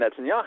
Netanyahu